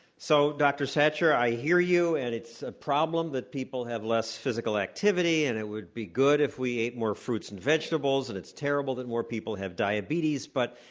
so, dr. satcher, i hear you and it's a problem that people have less physical activity. and it would be good if we ate more fruits and vegetables. and it's terrible that more people have diabetes, but